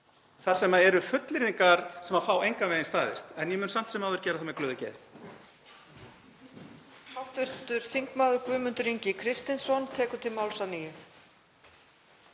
þar sem eru fullyrðingar sem fá engan veginn staðist en ég mun samt sem áður gera það með glöðu geði.